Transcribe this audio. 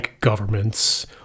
governments